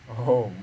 oh [ho]